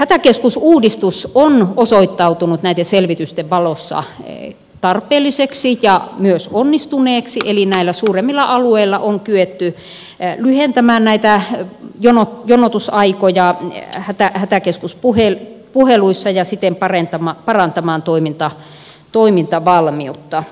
hätäkeskusuudistus on osoittautunut näiden selvitysten valossa tarpeelliseksi ja myös onnistuneeksi eli näillä suuremmilla alueilla on kyetty lyhentämään näitä jonotusaikoja hätäkeskuspuheluissa ja siten parantamaan toimintavalmiutta